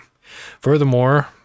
Furthermore